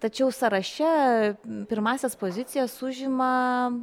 tačiau sąraše pirmąsias pozicijas užima